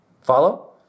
Follow